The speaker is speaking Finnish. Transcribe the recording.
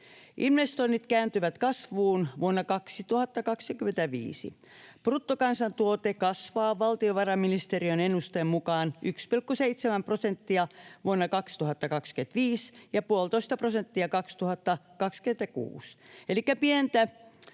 Investoinnit kääntyvät kasvuun vuonna 2025. Bruttokansantuote kasvaa valtiovarainministeriön ennusteen mukaan 1,7 prosenttia vuonna 2025 ja puolitoista prosenttia 2026,